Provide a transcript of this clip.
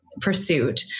pursuit